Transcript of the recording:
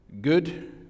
good